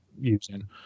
using